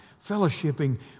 Fellowshipping